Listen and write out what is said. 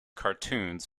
cartoons